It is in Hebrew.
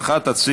חוב'